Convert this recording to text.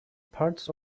parts